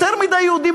יותר מדי יהודים,